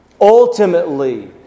ultimately